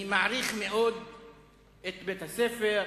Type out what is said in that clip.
אני מעריך מאוד את בית-הספר,